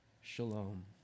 Shalom